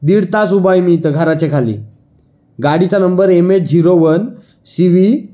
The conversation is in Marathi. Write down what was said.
दीड तास उभा आहे मी इथं घराच्या खाली गाडीचा number M H zero one C we